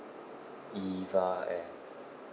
eva air